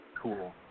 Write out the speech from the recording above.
Cool